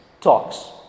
talks